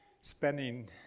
spending